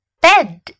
Bed